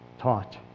taught